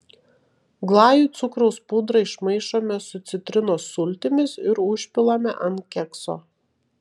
glajui cukraus pudrą išmaišome su citrinos sultimis ir užpilame ant kekso